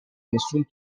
nessun